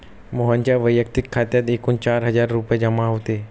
मोहनच्या वैयक्तिक खात्यात एकूण चार हजार रुपये जमा होते